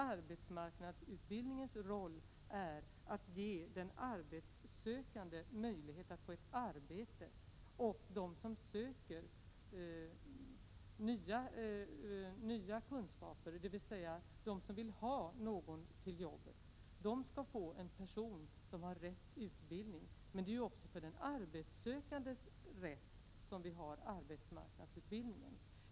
Arbetsmarknadsutbildningens roll är att ge den arbetssökande möjlighet att få ett arbete, och de som söker nya kunskaper, dvs. de som vill ha någon till ett arbete, skall få en person som har rätt utbildning. Men arbetsmarknadsutbildningen är också en rättighet för den arbetssökande.